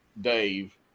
Dave